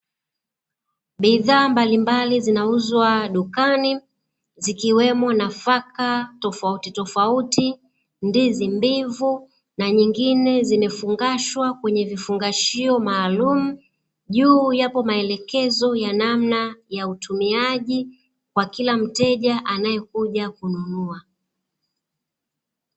Bidhaa mbalimbali zinauzwa dukani , zikiwemo nafaka tofauti tofauti ndizi mbivu na nyingine zimefungashwa kwenye vifungashio maalum, juu yapo maelekezo ya namna ya utumiaji kwa kila mteja anayekuja kununua.